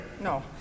No